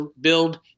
build